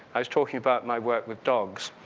i was talking about my work with dogs.